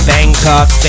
Bangkok